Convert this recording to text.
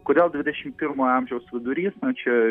kodėl dvidešim pirmo amžiaus vidurys na čia